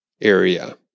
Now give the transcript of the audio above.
area